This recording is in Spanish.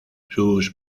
sus